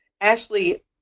Ashley